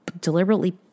deliberately